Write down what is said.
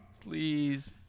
Please